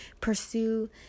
pursue